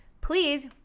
Please